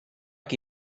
qui